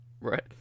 right